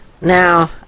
now